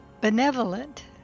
Benevolent